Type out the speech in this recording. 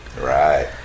Right